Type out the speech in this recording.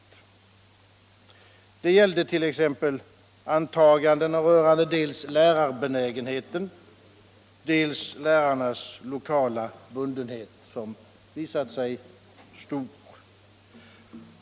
Det gällde t.ex. antagandena om dels lärarbenägenheten, dels lärarnas lokala bundenhet, som visade sig vara stark.